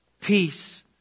peace